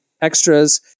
extras